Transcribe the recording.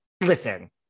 Listen